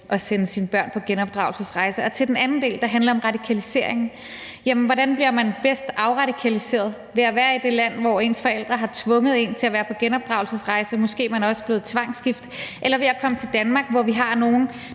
at sende sine børn på genopdragelsesrejse. Til den anden del, der handler om radikalisering og spørgsmålet om, hvordan man bedst bliver afradikaliseret, om det er ved at være i det land, som ens forældre har tvunget en til at være på genopdragelse i, og hvor man måske også er blevet tvangsgift, eller om det er ved at komme til Danmark, hvor vi har noget